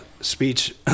speech